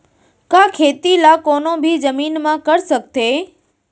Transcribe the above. का खेती ला कोनो भी जमीन म कर सकथे?